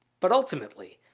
but ultimately,